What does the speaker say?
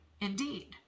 indeed